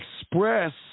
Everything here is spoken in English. express